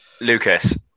Lucas